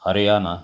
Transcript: Haryana